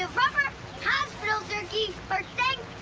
ah rubber hospital turkey for